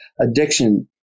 addiction